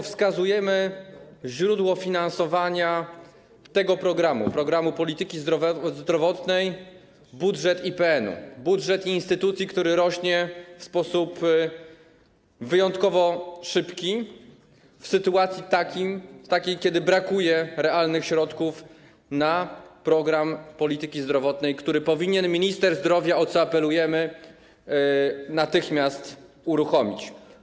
Wskazujemy źródło finansowania tego programu, programu polityki zdrowotnej: budżet IPN-u, budżet instytucji, który rośnie w sposób wyjątkowo szybki w sytuacji, kiedy brakuje realnych środków na program polityki zdrowotnej, który minister zdrowia powinien - o co apelujemy - natychmiast uruchomić.